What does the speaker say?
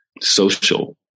social